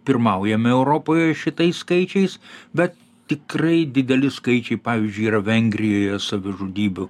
pirmaujame europoje šitais skaičiais bet tikrai dideli skaičiai pavyzdžiui yra vengrijoje savižudybių